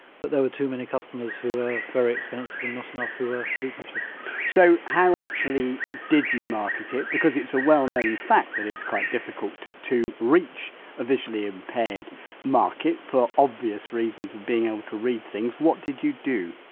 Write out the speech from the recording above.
but there were too many customers who were very expensive and not enough who were lucrative so, how actually did you market it because it's a well-known fact that it's quite difficult to reach a visually impaired market, for obvious reasons of being able to read things, what did you do?